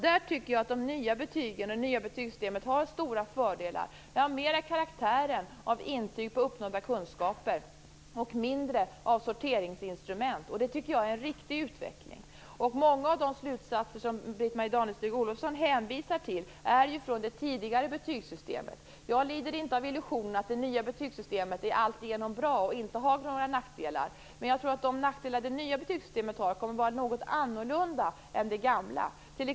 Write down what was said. Där tycker jag att det nya betygssystemet har stora fördelar. Det har mera karaktären av intyg på uppnådda kunskaper och mindre av sorteringsinstrument, och det tycker jag är en riktig utveckling. Många av de slutsatser som Britt-Marie Danestig-Olofsson hänvisar till har ju dragits från det tidigare betygssystemet. Jag lider inte av illusionen att det nya betygssystemet är alltigenom bra och inte har några nackdelar, men jag tror att de nackdelar det nya betygssystemet har kommer att vara något annorlunda än det gamla systemets.